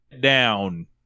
down